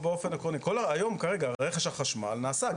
היום כרגע רכש החשמל נעשה,